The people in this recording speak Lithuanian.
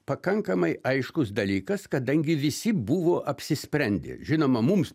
pakankamai aiškus dalykas kadangi visi buvo apsisprendę žinoma mums